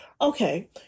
okay